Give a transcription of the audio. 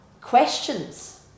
questions